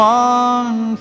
one